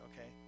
okay